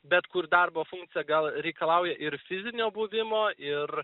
bet kur darbo funkcija gal reikalauja ir fizinio buvimo ir